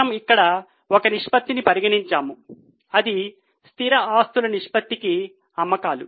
మనము ఇక్కడ ఒక నిష్పత్తిని పరిగణించాము అది స్థిర ఆస్తుల నిష్పత్తికి అమ్మకాలు